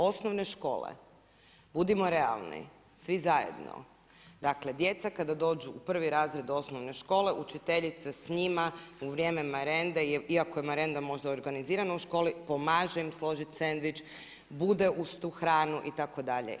Osnovne škole, budimo realni, svi zajedno, dakle djeca kada dođu u prvi razred osnovne škole, učiteljice s njima u vrijeme marende, iako je marenda možda organizirana u školi, pomaže im složiti sendvič, bude uz tu hranu itd.